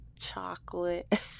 chocolate